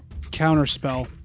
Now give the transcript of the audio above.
Counterspell